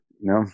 No